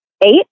eight